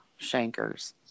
Shankers